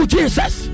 Jesus